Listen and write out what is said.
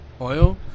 Oil